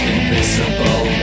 Invisible